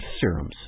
serums